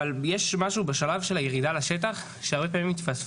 אבל יש משהו בשלב של הירידה לשטח שהרבה פעמים מתפספס.